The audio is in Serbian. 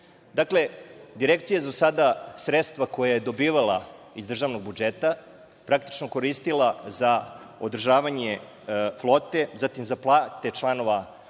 direkcije su sada sredstva koje je dobijala iz državnog budžeta, praktično koristila za održavanje flore, zatim za plate članova